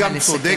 נא לסכם,